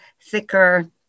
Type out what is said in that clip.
thicker